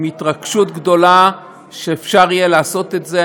עם התרגשות גדולה שאפשר יהיה לעשות את זה.